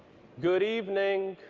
good evening.